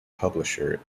publisher